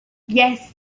yes